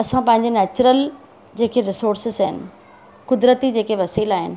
असां पंहिंजे नैचरल जेके रिसोर्सिस आहिनि क़ुदिरती जेके वसीला आहिनि